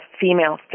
female